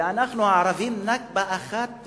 ואנחנו הערבים, "נכבה" אחת.